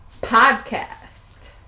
Podcast